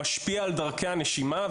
זה משפיע על דרכי הנשימה,